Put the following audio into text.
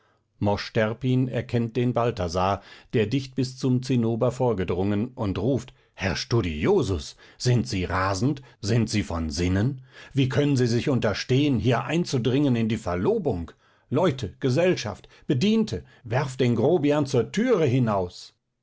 mosch terpin erkennt den balthasar der dicht bis zum zinnober vorgedrungen und ruft herr studiosus sind sie rasend sind sie von sinnen wie können sie sich unterstehen hier einzudringen in die verlobung leute gesellschaft bediente werft den grobian zur türe hinaus